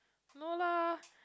no lah